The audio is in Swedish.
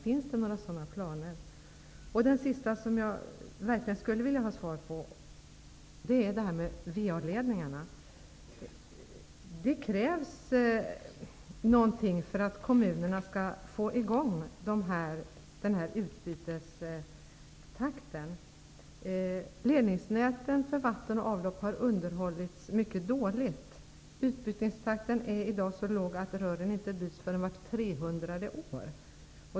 Finns det några planer på sådana åtgärder? Det som jag slutligen skulle vilja ha besked om gäller frågan om VA-ledningarna. Det krävs någonting för att kommunerna skall få i gång utbytestakten. Ledningsnäten för vatten och avlopp har underhållits mycket dåligt. Utbytestakten är i dag så låg att rören inte byts oftare än vart trehundrade år.